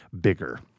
bigger